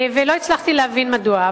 ולא הצלחתי להבין מדוע.